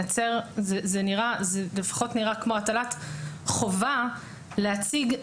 זה לפחות נראה כמו הטלת חובה להציג מסמכים להורים.